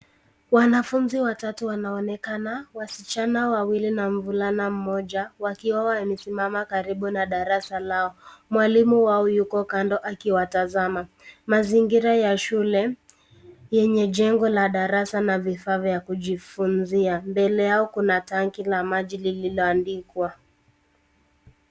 Wanafunzi watatu wanaonekana, wasichana wawili na mvulana mmoja wakiwa wamesimama karibu na darasa lao. Mwalimu wao yuko kando akiwatazama. Mazingira ya shule yenye jengo la darasa na vifaa vya kujifunzia. Mbele yao kuna tanki ya maji lilio andikwa.